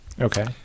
Okay